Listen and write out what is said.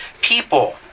people